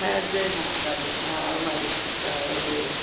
மேஜை நாற்காலி ஆ அலமாரி அதாவது